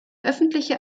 öffentliche